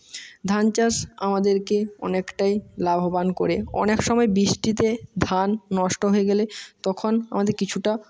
ধান চাষ আমাদেরকে অনেকটাই লাভবান করে অনেক সময় বৃষ্টিতে ধান নষ্ট হয়ে গেলে তখন আমাদের কিছুটা